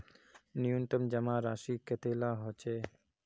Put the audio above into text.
न्यूनतम जमा राशि कतेला होचे?